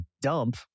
dump